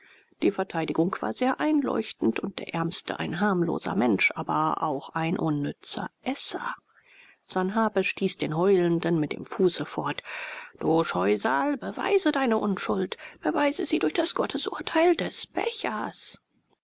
die verteidigung war sehr einleuchtend und der ärmste ein harmloser mensch aber auch ein unnützer esser sanhabe stieß den heulenden mit dem fuße fort du scheusal beweise deine unschuld beweise sie durch das gottesurteil des bechers